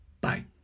Bye